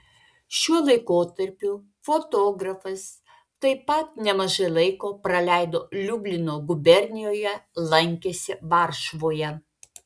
šiuo laikotarpiu fotografas taip pat nemažai laiko praleido liublino gubernijoje lankėsi varšuvoje